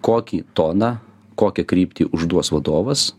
kokį toną kokią kryptį užduos vadovas